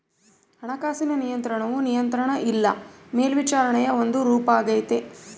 ಹಣಕಾಸಿನ ನಿಯಂತ್ರಣವು ನಿಯಂತ್ರಣ ಇಲ್ಲ ಮೇಲ್ವಿಚಾರಣೆಯ ಒಂದು ರೂಪಾಗೆತೆ